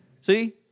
See